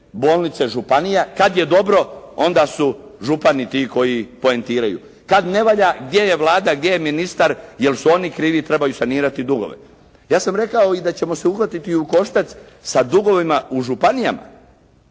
bolnice županija. Kad je dobro onda su župani ti koji poentiraju. Kad ne valja, gdje je Vlada, gdje je ministar, jer su oni krivi, trebaju sanirati dugove. Ja sam rekao i da ćemo se uhvatiti i u koštac sa dugovima u županijama